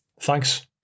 thanks